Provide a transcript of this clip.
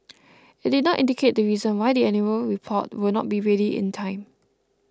it did not indicate the reason why the annual report will not be ready in time